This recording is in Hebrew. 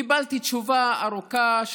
קיבלתי תשובה ארוכה,